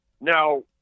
Now